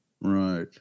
Right